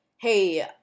hey